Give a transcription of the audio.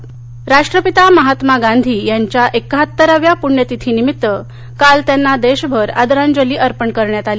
गांधी राष्ट्रपिता महात्मा गांधी यांच्या एक्काहत्तराव्या पुण्यतिथीनिमित्त काल त्यांना देशभर आदरांजली अर्पण करण्यात आली